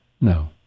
No